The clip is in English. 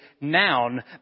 noun